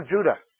Judah